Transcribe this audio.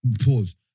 Pause